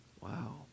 Wow